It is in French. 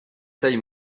taille